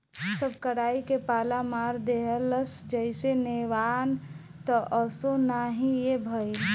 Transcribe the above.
सब कराई के पाला मार देहलस जईसे नेवान त असो ना हीए भईल